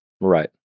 Right